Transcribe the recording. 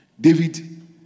David